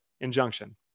injunction